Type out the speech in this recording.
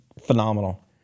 phenomenal